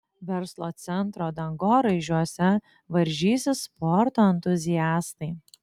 verslo centro dangoraižiuose varžysis sporto entuziastai